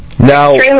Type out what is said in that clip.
Now